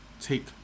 take